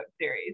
series